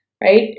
right